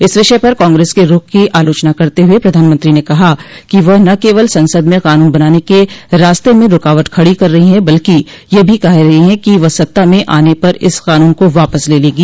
इस विषय पर कांग्रेस क रुख की आलोचना करते हुए प्रधानमंत्री ने कहा कि वह न केवल संसद में कानून बनाने के रास्ते में रूकावट खड़ी कर रही है बल्कि यह भी कह रही है कि वह सत्ता में आने पर इस कानून को वापस ले लेगी